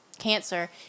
cancer